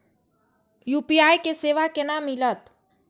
UPI के सेवा केना मिलत?